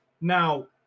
Now